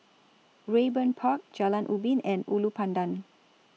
Raeburn Park Jalan Ubin and Ulu Pandan